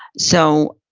so,